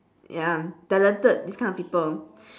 ya talented this kind of people